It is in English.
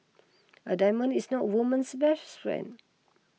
a diamond is not woman's best friend